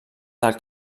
del